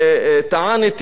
ואני יכול להגיד בפה מלא,